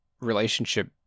relationship